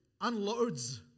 unloads